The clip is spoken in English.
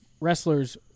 wrestlers